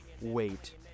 wait